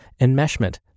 enmeshment